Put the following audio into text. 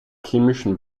chemischen